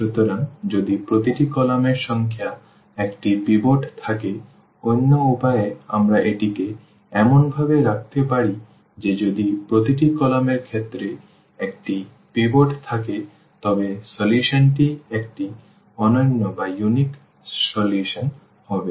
সুতরাং যদি প্রতিটি কলাম এর সংখ্যার একটি পিভট থাকে অন্য উপায়ে আমরা এটিকে এমনভাবে রাখতে পারি যে যদি প্রতিটি কলাম এর ক্ষেত্রে একটি পিভট থাকে তবে সমাধানটি একটি অনন্য সমাধান হবে